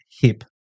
hip